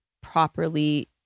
properly